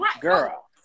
girl